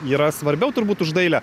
yra svarbiau turbūt už dailę